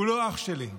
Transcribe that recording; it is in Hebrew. הוא לא אח שלי,